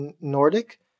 Nordic